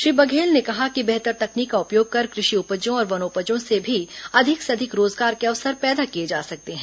श्री बघेल ने कहा कि बेहतर तकनीक का उपयोग कर कृषि उपजों और वनोपजों से भी अधिक से अधिक रोजगार के अवसर पैदा किए जा सकते हैं